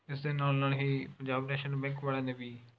ਇਸਦੇ ਨਾਲ ਨਾਲ ਹੀ ਪੰਜਾਬ ਨੈਸ਼ਨਲ ਬੈਂਕ ਵਾਲਿਆਂ ਨੇ ਵੀ